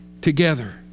together